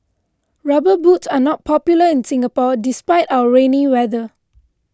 rubber boots are not popular in Singapore despite our rainy weather